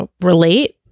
relate